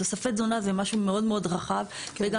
תוספי תזונה זה משהו מאוד מאוד רחב וגם